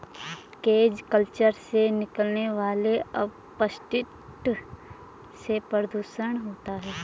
cage culture से निकलने वाले अपशिष्ट से प्रदुषण होता है